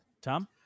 Tom